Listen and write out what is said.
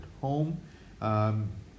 home